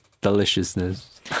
deliciousness